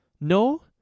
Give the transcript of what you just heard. No